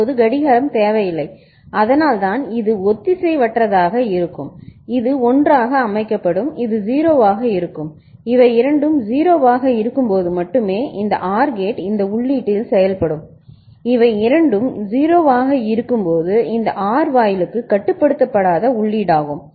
இப்போது கடிகாரம் தேவையில்லை அதனால்தான் இது ஒத்திசைவற்றதாக இருக்கும் இது 1 ஆக அமைக்கப்படும் இது 0 ஆக இருக்கும் இவை இரண்டும் 0 ஆக இருக்கும்போது மட்டுமே இந்த OR கேட் இந்த உள்ளீட்டில் செயல்படும் இவை இரண்டும் 0 இருக்கும்போது இது OR வாயிலுக்கு கட்டாயப்படுத்தப்படாத உள்ளீடாகும்